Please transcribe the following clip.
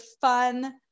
fun